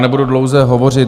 Nebudu dlouze hovořit.